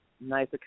Nice